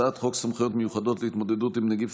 הצעת חוק סמכויות מיוחדות להתמודדות עם נגיף